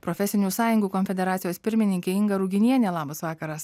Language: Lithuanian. profesinių sąjungų konfederacijos pirmininkė inga ruginienė labas vakaras